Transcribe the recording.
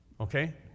Okay